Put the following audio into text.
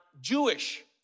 Jewish